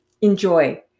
enjoy